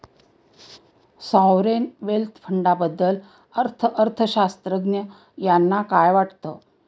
Sovereign wealth फंडाबद्दल अर्थअर्थशास्त्रज्ञ यांना काय वाटतं?